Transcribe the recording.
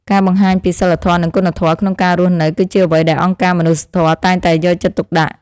ការបង្ហាញពីសីលធម៌និងគុណធម៌ក្នុងការរស់នៅគឺជាអ្វីដែលអង្គការមនុស្សធម៌តែងតែយកចិត្តទុកដាក់។